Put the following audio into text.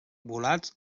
volats